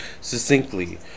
Succinctly